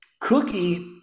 Cookie